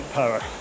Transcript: power